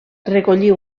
recollir